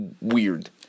weird